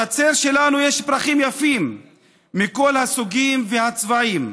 בחצר שלנו יש פרחים יפים מכל הסוגים והצבעים,